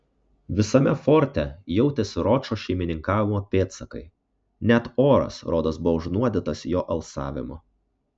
visame forte jautėsi ročo šeimininkavimo pėdsakai net oras rodos buvo užnuodytas jo alsavimo